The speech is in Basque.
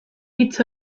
hitz